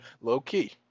low-key